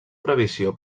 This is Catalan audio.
previsió